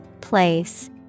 Place